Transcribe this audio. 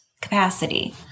capacity